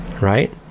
right